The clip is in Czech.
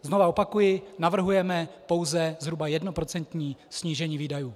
Znovu opakuji navrhujeme pouze zhruba jednoprocentní snížení výdajů.